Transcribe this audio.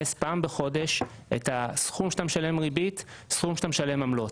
פעם בחודש את הסכום שאתה משלם ריבית והסכום שאתה משלם עמלות.